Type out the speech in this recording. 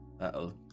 uh-oh